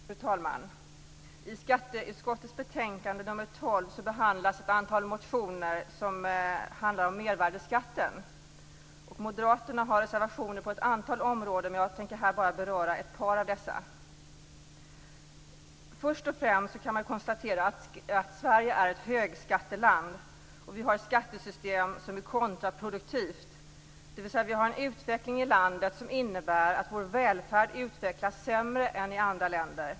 Fru talman! I skatteutskottets betänkande nr 12 behandlas ett antal motioner som handlar om mervärdesskatten. Moderaterna har reservationer på ett antal områden, men jag tänker här bara beröra ett par av dessa. Först och främst kan man konstatera att Sverige är ett högskatteland. Vi har ett skattesystem som är kontraproduktivt, dvs. vi har en utveckling i landet som innebär att vår välfärd utvecklas sämre än i andra länder.